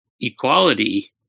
equality